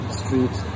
street